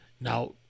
Now